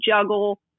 juggle